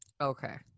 okay